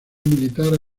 militar